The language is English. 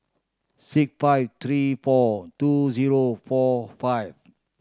six five three four two zero four five